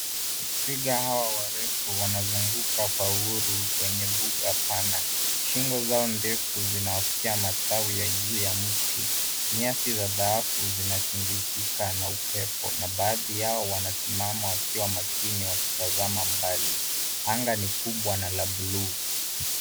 Twiga hawa warefu wanazunguka kwa huru kwenye mbuga pana, shingo zao ndefu zinawafikia matawi ya juu ya mti. Nyasi za dhaafu zinatingizika na upepo na baadhi yao wanasimama wakiwa makini wakitazama mbali. Anga ni kubwa na la bluu.